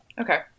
Okay